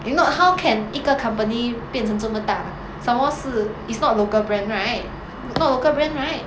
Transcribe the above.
if not how can 一个 company 变成这么大 somemore 是 it's not local brand right not local brand right